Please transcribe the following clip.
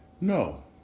No